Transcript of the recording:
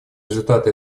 результаты